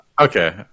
Okay